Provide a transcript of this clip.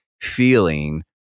feeling